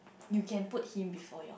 you can put him before your